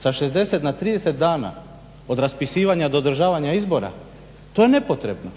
sa 60 na 30 dana od raspisivanja do održavanja izbora to je nepotrebno.